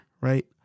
right